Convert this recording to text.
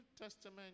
Testament